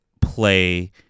play